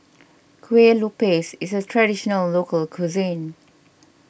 Kueh Lupis is a Traditional Local Cuisine